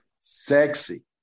Sexy